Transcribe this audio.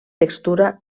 textura